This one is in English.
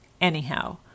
Anyhow